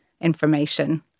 information